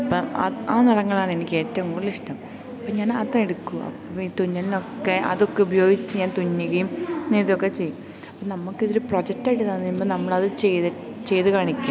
അപ്പം ആ ആ നിറങ്ങളാണെനിക്കേറ്റവും കൂടുതലിഷ്ടം അപ്പം ഞാനതെടുക്കും അപ്പം ഈ തുന്നലെന്നൊക്കെ അതൊക്കെ ഉപയോഗിച്ച് ഞാൻ തുന്നുകയും നെയ്ത്തൊക്കെ ചെയ്യും അപ്പം നമുക്കിതൊരു പ്രൊജക്റ്റായിട്ട് തന്നു കഴിയുമ്പം നമ്മളത് ചെയ്ത് ചെയ്ത് കാണിക്കും